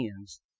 hands